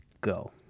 Go